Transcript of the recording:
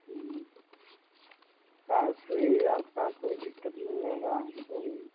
बात सही है आपका कोई दिक्कत नहीं होगी हमको भी